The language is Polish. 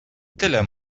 tyle